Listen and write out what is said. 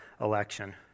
election